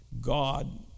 God